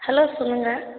hello சொல்லுங்கள்